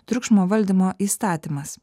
triukšmo valdymo įstatymas